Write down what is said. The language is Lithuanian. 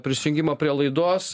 prisijungimą prie laidos